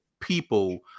people